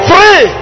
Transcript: Free